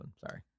Sorry